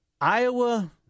Iowa-